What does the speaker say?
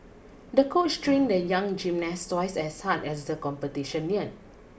the coach trained the young gymnast twice as hard as the competition neared